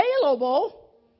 available